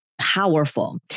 powerful